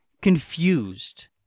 confused